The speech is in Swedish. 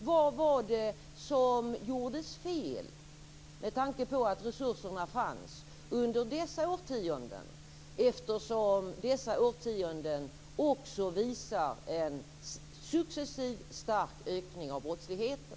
Vad var det som gjordes fel, med tanke på att resurserna fanns, under dessa årtionden eftersom de också visade en successiv, stark ökning av brottsligheten?